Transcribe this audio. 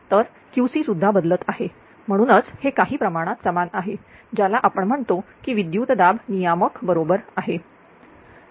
तर QC सुद्धा बदलत आहे म्हणूनच हे काही प्रमाणात समान आहे ज्याला आपण म्हणतो की विद्युतदाब नियामक बरोबर आहे